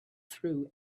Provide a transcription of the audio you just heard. through